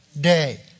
day